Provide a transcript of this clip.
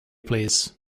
please